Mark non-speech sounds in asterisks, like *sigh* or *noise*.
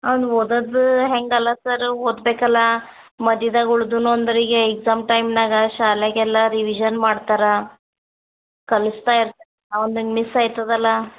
ಅವ್ನು ಓದೋದು ಹೇಗಲ್ಲ ಸರ್ ಓದಬೇಕಲ್ಲ ಮಧ್ಯದಾಗ ಉಳ್ದು ಅಂದ್ರಿಗೇ ಎಕ್ಸಾಮ್ ಟೈಮ್ನಾಗ ಶಾಲೆಗೆಲ್ಲ ರಿವಿಶನ್ ಮಾಡ್ತಾರೆ ಕಲಿಸ್ತಾ ಇರ್ತ *unintelligible* ಅವ್ನ್ದಿನ್ನು ಮಿಸ್ ಆಯ್ತದಲ್ಲ